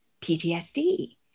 PTSD